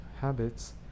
habits